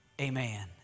amen